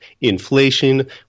inflation